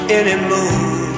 anymore